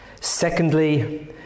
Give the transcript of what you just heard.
Secondly